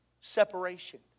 Separation